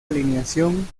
alineación